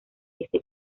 ese